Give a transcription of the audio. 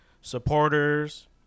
supporters